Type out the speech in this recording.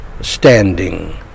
standing